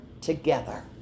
together